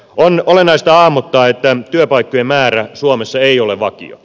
on olennaista hahmottaa että työpaikkojen määrä suomessa ei ole vakio